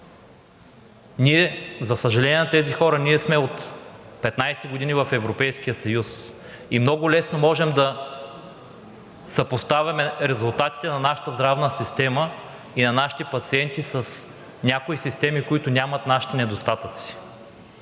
за съжаление на тези хора, ние сме от 15 години в Европейския съюз и много лесно можем да съпоставяме резултатите на нашата здравна система и нашите пациенти с някои системи, които нямат нашите недостатъци.